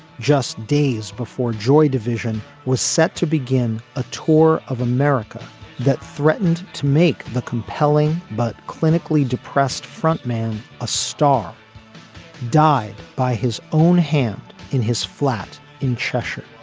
just days before joy division was set to begin a tour of america that threatened to make the compelling but clinically depressed frontman a star died by his own hand in his flat in cheshire.